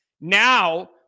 Now